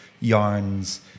yarns